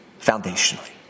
Foundationally